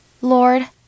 Lord